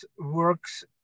works